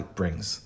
brings